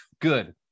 Good